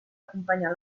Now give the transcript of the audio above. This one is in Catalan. acompanyar